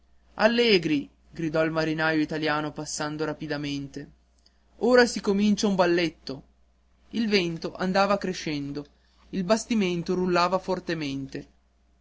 allegri gridò il marinaio italiano passando rapidamente ora si comincia un balletto il vento andava crescendo il bastimento rullava fortemente